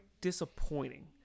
disappointing